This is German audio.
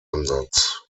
ansatz